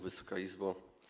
Wysoka Izbo!